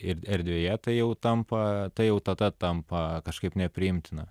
ir erdvėje tai jau tampa tai jau tada tampa kažkaip nepriimtina